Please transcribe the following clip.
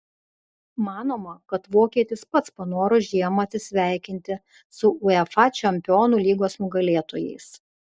manoma kad vokietis pats panoro žiemą atsisveikinti su uefa čempionų lygos nugalėtojais